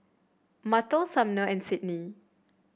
Martell Sumner and Sydney